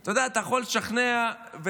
אתה יודע, אתה יכול לשכנע ולהגיד: